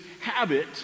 habit